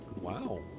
Wow